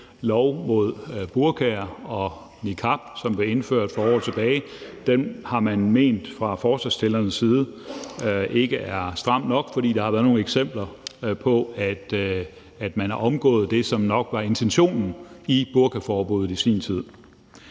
lov mod burka og niqab, som blev indført for år tilbage, har man fra forslagsstillernes side ment ikke er stram nok, fordi der har været nogle eksempler på, at folk har omgået det, som nok var intentionen med burkaforbuddet i sin tid.